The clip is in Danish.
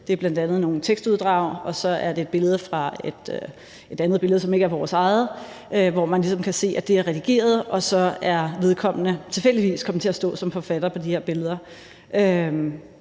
Det er bl.a. nogle tekstuddrag, og så er det et andet billede, som ikke er vores eget, hvor man ligesom kan se, at det er redigeret, og så er vedkommende tilfældigvis kommet til at stå som forfatter på de her billeder,